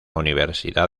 universidad